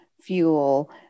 fuel